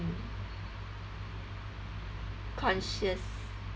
mm conscious